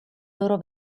loro